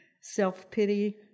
self-pity